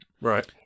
Right